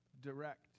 direct